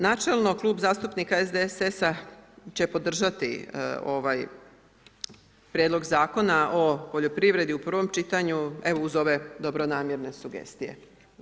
Načelno, Klub zastupnika SDSS-a će podržati ovaj Prijedlog zakona o poljoprivredi u prvom čitanju, evo uz ove dobronamjerne sugestije.